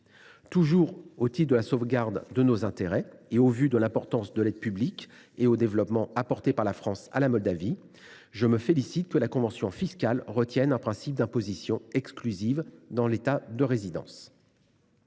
Toujours au titre de la sauvegarde de nos intérêts, et au vu de l’importance de l’aide publique au développement apportée par la France à la Moldavie, je me félicite que la convention fiscale retienne un principe d’imposition exclusive dans l’État de résidence